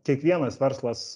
kiekvienas verslas